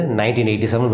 1987